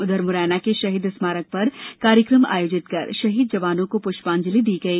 उधर मुरैना के शहीद स्मारक पर कार्यक्रम आयोजित कर शहीद जवानों को पृष्पांजलि अर्पित की गई